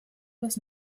was